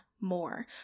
more